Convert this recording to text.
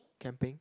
camping